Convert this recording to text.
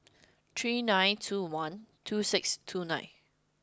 three nine two one two six two nine